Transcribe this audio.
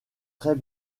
très